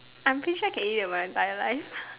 I'm pretty sure I can eat that my entire life